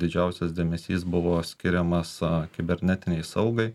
didžiausias dėmesys buvo skiriamas kibernetinei saugai